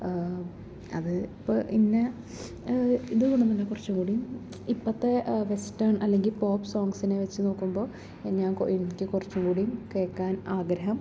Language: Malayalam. അത് ഇപ്പോൾ ഇന്ന ഇത് കിട്ടുന്നുണ്ട് കുറച്ചുംകൂടി ഇപ്പത്തെ വെസ്റ്റേൺ അല്ലെങ്കിൽ പോപ്പ് സോങ്ങ്സിനെ വെച്ച് നോക്കുമ്പോൾ ഞാൻ കൊ എനിക്ക് കുറച്ചുംകൂടി കേൾക്കാൻ ആഗ്രഹം